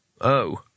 Oh